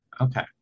Okay